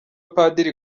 abapadiri